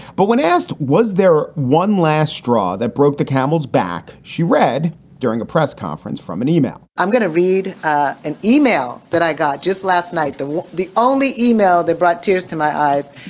but when asked, was there one last straw that broke the camel's back, she read during a press conference from an email i'm going to read an email that i got just last night, the the only email that brought tears to my eyes.